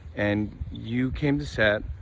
and you came to set.